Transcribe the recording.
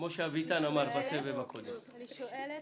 אני שואלת,